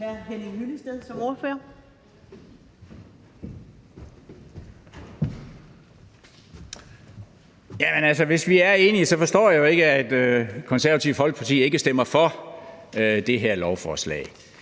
Henning Hyllested (EL): Hvis vi er enige, forstår jeg jo ikke, at Det Konservative Folkeparti ikke stemmer for det her lovforslag.